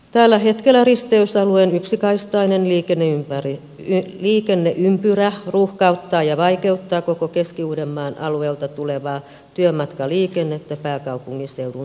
tällä hetkellä risteysalueen yksikaistainen liikenneympyrä ruuhkauttaa ja vaikeuttaa koko keski uudenmaan alueelta tulevaa työmatkaliikennettä pääkaupunkiseudun suuntaan